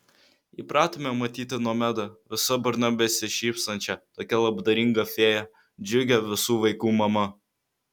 įpratome matyti nomedą visa burna besišypsančią tokią labdaringą fėją džiugią visų vaikų mamą